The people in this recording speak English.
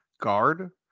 guard